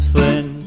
Flynn